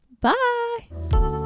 bye